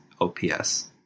OPS